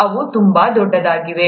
ಅವು ತುಂಬಾ ದೊಡ್ಡದಾಗಿದೆ